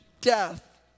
death